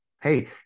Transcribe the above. Hey